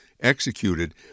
executed